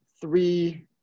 three